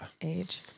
age